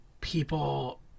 people